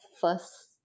first